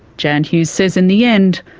jan hughes says in the end,